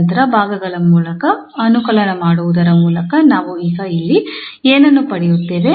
ನಂತರ ಭಾಗಗಳ ಮೂಲ ಅನುಕಲನ ಮಾಡುವುದರ ಮೂಲಕ ನಾವು ಈಗ ಇಲ್ಲಿ ಏನನ್ನು ಪಡೆಯುತ್ತೇವೆ